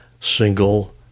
single